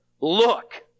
look